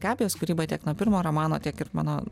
gabijos kūrybą tiek nuo pirmo romano tiek ir mano